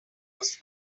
most